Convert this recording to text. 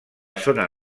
zona